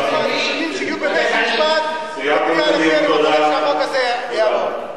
אתם הראשונים שתהיו בבית-משפט אחרי שהחוק הזה יעבור.